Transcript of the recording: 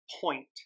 point